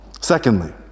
Secondly